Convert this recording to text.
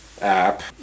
app